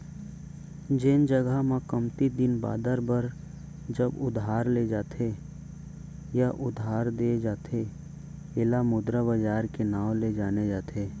जेन जघा म कमती दिन बादर बर जब उधार ले जाथे या उधार देय जाथे ऐला मुद्रा बजार के नांव ले जाने जाथे